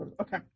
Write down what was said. Okay